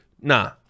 nah